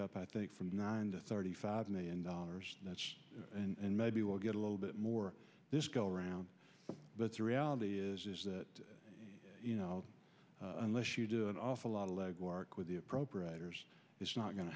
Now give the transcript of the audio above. up i think from nine to thirty five million dollars and maybe we'll get a little bit more this go around but the reality is is that you know unless you do an awful lot of legwork with the appropriators it's not going to